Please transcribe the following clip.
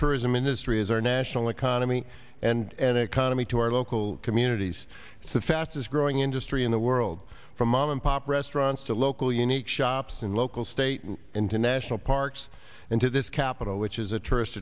tourism industry is our national economy and economy to our local communities it's the fastest growing industry in the world from mom and pop restaurants to local unique shops and local state and international parks and to this capital which is a tourist